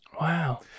Wow